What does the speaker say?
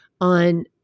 on